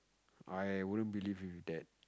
I wouldn't believe in that